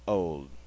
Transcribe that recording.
old